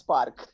Park